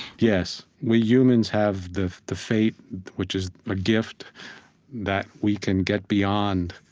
yes. we humans have the the fate which is a gift that we can get beyond